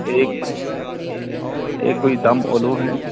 ایک ایک کوئی دم اولو ہیں